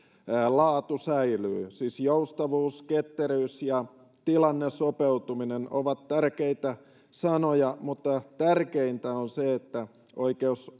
laatu säilyy siis joustavuus ketteryys ja tilannesopeutuminen ovat tärkeitä sanoja mutta tärkeintä on se että oikeus